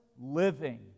living